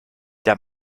der